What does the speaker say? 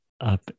up